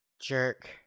Jerk